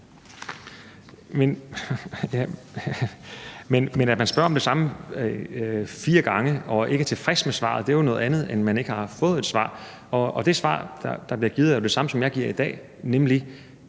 Men at man spørger om det samme fire gange og ikke er tilfreds med svaret, er jo noget andet, end at man ikke har fået et svar. Og det svar, der er blevet givet, er det samme, som jeg giver i dag, nemlig: